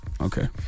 okay